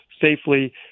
safely